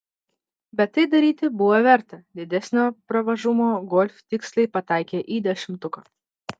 bet tai daryti buvo verta didesnio pravažumo golf tiksliai pataikė į dešimtuką